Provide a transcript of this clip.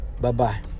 Bye-bye